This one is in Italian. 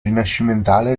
rinascimentale